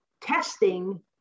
testing